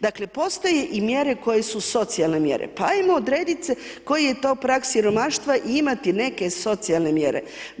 Dakle, postoje i mjere koje su socijalne mjere, pa ajmo odredit koji je to prag siromaštva i imati neke socijalne mjere.